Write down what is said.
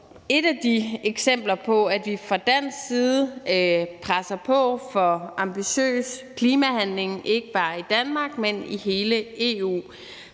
et af eksemplerne på, at vi fra dansk side presser på for en ambitiøs klimahandling, ikke bare i Danmark, men i hele EU.